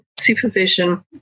supervision